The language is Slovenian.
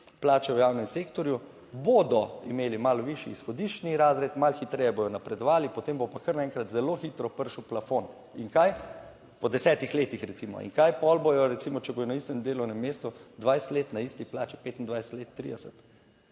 plač v javnem sektorju, bodo imeli malo višji izhodiščni razred, malo hitreje bodo napredovali, potem bo pa kar naenkrat zelo hitro prišel plafon in kaj, po desetih letih recimo in kaj pol bodo, recimo, če bodo na istem delovnem mestu 20 let, na isti plači 25 let, 30.